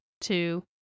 two